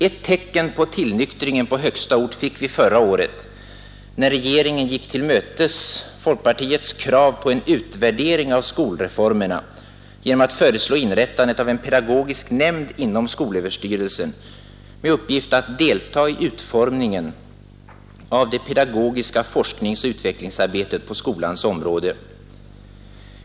Ett tecken på tillnyktringen på högsta ort fick vi förra året, när regeringen gick till mötes folkpartiets krav på en utvärdering av skolreformerna genom att föreslå inrättandet av en pedagogisk nämnd inom skolöverstyrelsen med uppgift att delta i utformningen av det pedagogiska forskningsoch utvecklingsarbetet på skolans område.